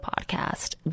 podcast